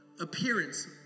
appearance